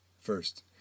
First